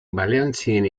baleontzien